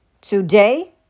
Today